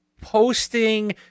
posting